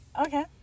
Okay